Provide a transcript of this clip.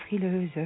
frileuse